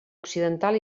occidental